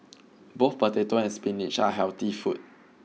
both potato and spinach are healthy food